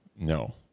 no